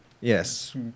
Yes